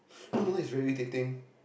you know sometimes it's very irritating